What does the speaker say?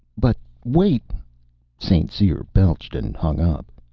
but wait st. cyr belched and hung up.